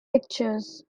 pictures